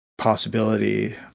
possibility